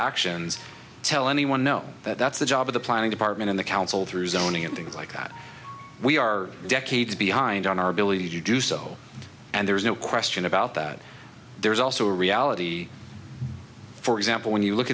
actions tell anyone no that's the job of the planning department in the council through zoning and things like that we are decades behind on our ability to do so and there's no question about that there's also a reality for example when you look